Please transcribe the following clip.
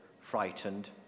frightened